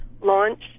launch